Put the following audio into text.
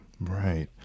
Right